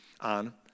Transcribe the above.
on